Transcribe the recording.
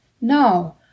No